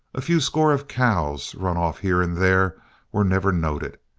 a few score of cows run off here and there were never noted,